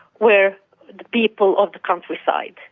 were the people of the countryside.